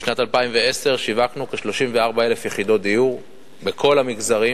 בשנת 2010 שיווקנו כ-34,000 יחידות דיור בכל המגזרים.